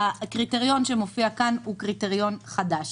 הקריטריון שמופיע כאן הוא קריטריון חדש